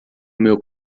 meu